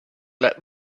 let